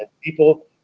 People